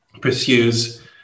pursues